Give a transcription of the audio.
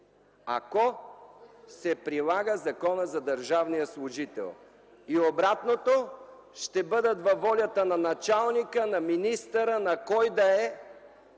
ако се прилага Законът за държавния служител. И обратното – ще бъдат във волята на началника, на министъра, на кой да е,